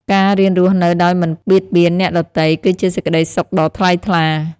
ការរៀនរស់នៅដោយមិនបៀតបៀនអ្នកដទៃ គឺជាសេចក្ដីសុខដ៏ថ្លៃថ្លា។